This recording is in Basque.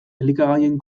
elikagaien